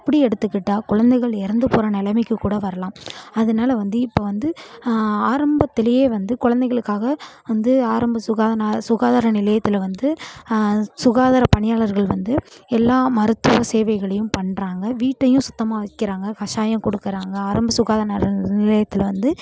அப்படி எடுத்துக்கிட்டால் குழந்தைகள் இறந்து போகிற நிலமைக்கு கூட வரலாம் அதனால வந்து இப்போ வந்து ஆரம்பத்துலேயே வந்து குழந்தைங்களுக்காக வந்து ஆரம்ப சுகாதா சுகாதார நிலையத்தில் வந்து சுகாதார பணியாளர்கள் வந்து எல்லா மருத்துவ சேவைகளையும் பண்றாங்க வீட்டையும் சுத்தமாக வைக்கிறாங்க கசாயம் கொடுக்குறாங்க ஆரம்ப சுகாதார நிலையத்தில் வந்து